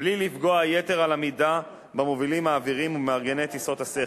בלי לפגוע יתר על המידה במובילים האוויריים ובמארגני טיסות השכר.